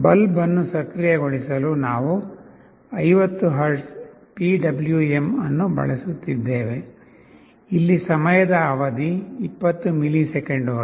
bulb ಅನ್ನು ಸಕ್ರಿಯಗೊಳಿಸಲು ನಾವು 50 ಹರ್ಟ್ಜ್ PWM ಅನ್ನು ಬಳಸುತ್ತಿದ್ದೇವೆ ಇಲ್ಲಿ ಸಮಯದ ಅವಧಿ 20 ಮಿಲಿಸೆಕೆಂಡುಗಳು